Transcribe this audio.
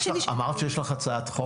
אמרת שיש לך הצעת חוק?